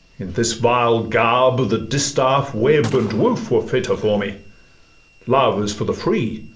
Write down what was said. in this vile garb, the distaff, web, and woof, were fitter for me love is for the free!